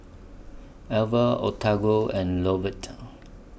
Elva Octavio and Lovett